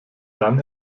dann